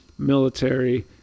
military